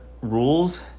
rules